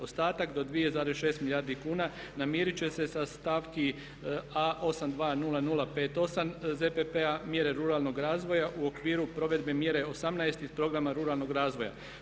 Ostatak do 2,6 milijardi kuna namiriti će se sa stavki … 820058 ZPP-a mjere ruralnog razvoja u okviru provedbe mjere 18. iz programa ruralnog razvoja.